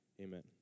Amen